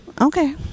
okay